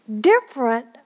different